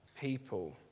people